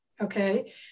okay